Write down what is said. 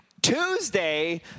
Tuesday